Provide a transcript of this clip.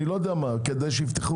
לא יודע מה כדי שיפתחו.